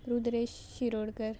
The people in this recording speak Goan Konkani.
रुद्रेश शिरोडकर